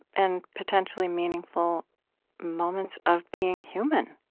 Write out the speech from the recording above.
and potentially meaningful moments of being human,